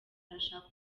arashaka